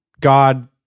God